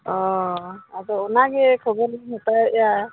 ᱚᱻ ᱟᱫᱚ ᱚᱱᱟᱜᱮ ᱠᱷᱚᱵᱚᱨᱞᱤᱧ ᱦᱟᱛᱟᱣᱮᱫᱼᱟ